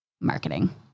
marketing